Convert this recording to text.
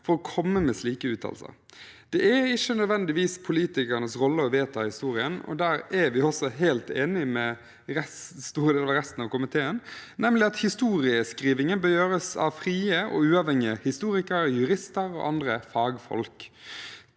for å komme med slike uttalelser. Det er ikke nødvendigvis politikernes rolle å vedta historien, og der er vi også helt enig med store deler av resten av komiteen, nemlig om at historieskrivingen bør gjøres av frie og uavhengige historikere, jurister og andre fagfolk.